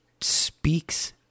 speaks